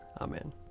Amen